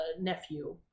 nephew